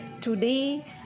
today